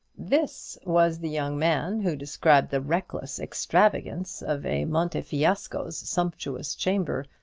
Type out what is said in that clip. this was the young man who described the reckless extravagance of a montefiasco's sumptuous chamber,